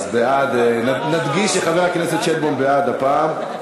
אז בעד, נדגיש שחבר הכנסת שטבון בעד הפעם.